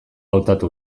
hautatu